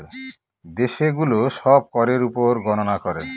দেশে গুলো সব করের উপর গননা করে